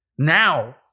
Now